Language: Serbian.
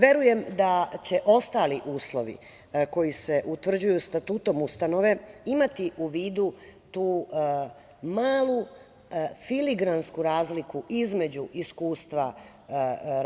Verujem da će ostali uslovi koji se utvrđuju statutom ustanove imati u vidu tu malu, filigransku razliku između iskustva